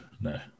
no